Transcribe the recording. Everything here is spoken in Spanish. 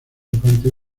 infantil